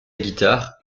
guitare